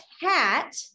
hat